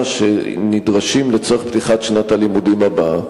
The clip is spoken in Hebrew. שנדרשים לצורך פתיחת שנת הלימודים הבאה.